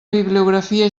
bibliografia